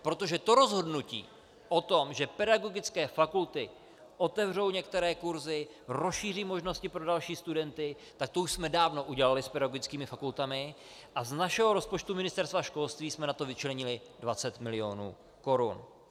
Protože to rozhodnutí o tom, že pedagogické fakulty otevřou některé kursy, rozšíří možnosti pro další studenty, tak to už jsme dávno udělali s pedagogickými fakultami, a z našeho rozpočtu Ministerstva školství jsme na to vyčlenili 20 milionů korun.